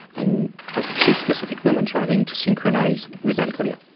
and at this specific moment, you are going to synchronize with algolia.